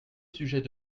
sujet